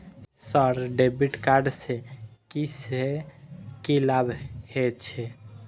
Sir debit card से की से की लाभ हे छे?